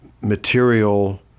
material